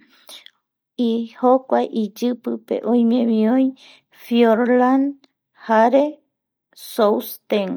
jokuae iyipipe oime oi friolan jare suester